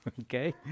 Okay